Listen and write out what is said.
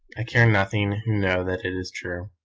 i care nothing who know that it is true.